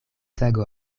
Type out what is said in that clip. tago